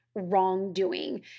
wrongdoing